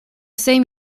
same